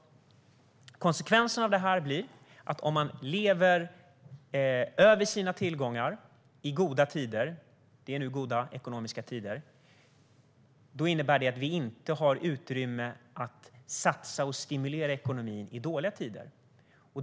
Om man lever över sina tillgångar i goda tider - det är nu goda ekonomiska tider - innebär det att vi inte har utrymme att satsa och stimulera ekonomin i dåliga tider.